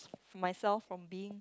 myself from being